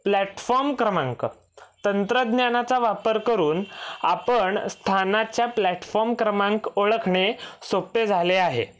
platform क्रमांक तंत्रज्ञानाचा वापर करून आपण स्थानाच्या प्लॅटफॉम क्रमांक ओळखणे सोपे झाले आहे